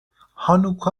هانوکا